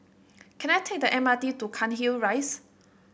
can I take the M R T to Cairnhill Rise